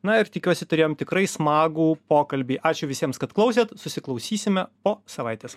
na ir tikiuosi turėjom tikrai smagų pokalbį ačiū visiems kad klausėt susiklausysime po savaitės